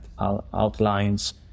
outlines